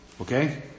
okay